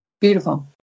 Beautiful